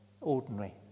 ordinary